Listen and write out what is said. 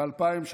ב-2003,